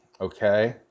okay